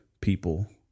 people